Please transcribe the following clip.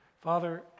Father